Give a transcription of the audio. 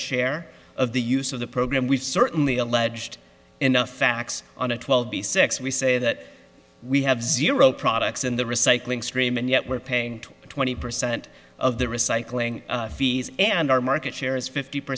share of the use of the program we've certainly alleged enough facts on a twelve b six we say that we have zero products in the recycling stream and yet we're paying twenty percent of the recycling fees and our market share is fifty per